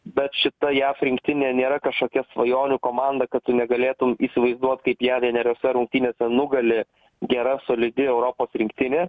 bet šita jav rinktinė nėra kažkokia svajonių komanda kad tu negalėtum įsivaizduot kaip ją vieneriose rungtynėse nugali gera solidi europos rinktinė